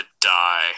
die